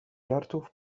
żartów